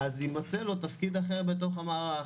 אז יימצא לו תפקיד אחר בתוך המערך.